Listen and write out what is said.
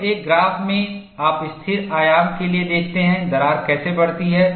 तो एक ग्राफ में आप स्थिर आयाम के लिए देखते हैं दरार कैसे बढ़ती है